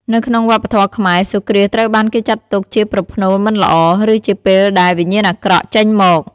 នៅក្នុងវប្បធម៌ខ្មែរ សូរ្យគ្រាសត្រូវបានគេចាត់ទុកជាប្រផ្នូលមិនល្អ ឬជាពេលដែល វិញ្ញាណអាក្រក់ ចេញមក ។